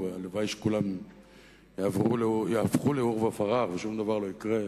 והלוואי שכולן יהפכו לעורבא פרח ושום דבר לא יקרה,